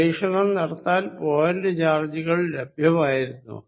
പരീക്ഷണം നടത്താൻ പോയിന്റ് ചാജ്ജുകൾ ലഭ്യമായിരുന്നോ